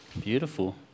Beautiful